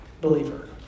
believer